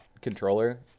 controller